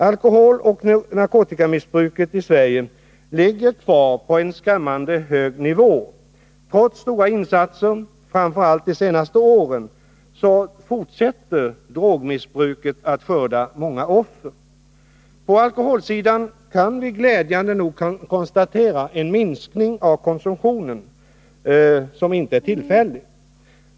Alkoholoch narkotikamissbruket i Sverige ligger kvar på en skrämmande hög nivå. Trots stora insatser, framför allt under de senaste åren, fortsätter drogmissbruket att skörda många offer. På alkoholsidan kan vi glädjande nog konstatera en minskning av konsumtionen som inte är tillfällig.